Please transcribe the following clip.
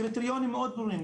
קריטריונים מאוד ברורים,